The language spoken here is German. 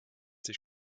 sich